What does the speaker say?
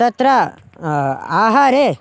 तत्र आहारे